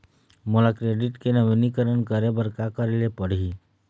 मोला क्रेडिट के नवीनीकरण करे बर का करे ले पड़ही?